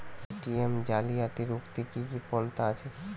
ATM জালিয়াতি রুখতে কি কি পন্থা আছে?